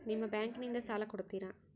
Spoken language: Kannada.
ನಿಮ್ಮ ಬ್ಯಾಂಕಿನಿಂದ ಸಾಲ ಕೊಡ್ತೇರಾ?